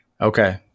Okay